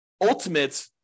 ultimate